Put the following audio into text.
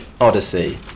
Odyssey